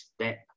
step